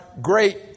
great